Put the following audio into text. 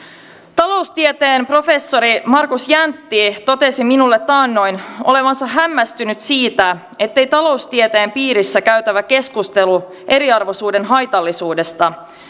taloustieteen professori markus jäntti totesi minulle taannoin olevansa hämmästynyt siitä ettei taloustieteen piirissä käytävä keskustelu eriarvoisuuden haitallisuudesta